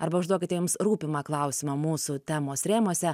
arba užduokite jums rūpimą klausimą mūsų temos rėmuose